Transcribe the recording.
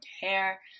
hair